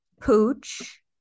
Pooch